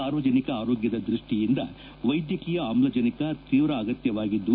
ಸಾರ್ವಜನಿಕ ಆರೋಗ್ಯದ ದೃಷ್ಟಿಯಿಂದ ವೈದ್ಯಕೀಯ ಆಮ್ಲಜನಕ ತೀವ್ರ ಅಗತ್ತವಾಗಿದ್ದು